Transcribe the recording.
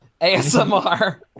asmr